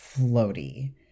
floaty